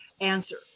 answer